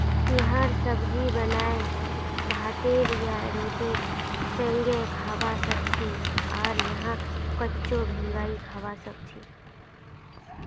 यहार सब्जी बनाए भातेर या रोटीर संगअ खाबा सखछी आर यहाक कच्चो भिंगाई खाबा सखछी